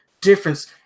difference